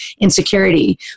insecurity